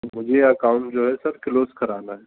مجھے یہ اکاؤنٹ جو ہے سر کلوز کرانا ہے